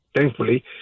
thankfully